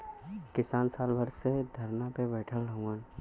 किसान साल भर से धरना पे बैठल हउवन